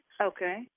Okay